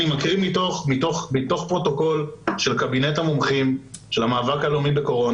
אני מקריא מתוך פרוטוקול של קבינט המומחים של המאבק הלאומי בקורונה,